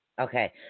Okay